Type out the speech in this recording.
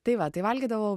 tai va tai valgydavau